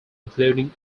including